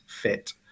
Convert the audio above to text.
fit